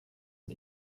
and